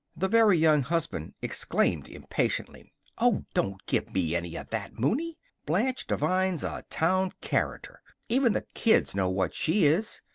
the very young husband exclaimed impatiently oh, don't give me any of that, mooney! blanche devine's a town character. even the kids know what she is.